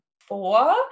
four